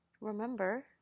remember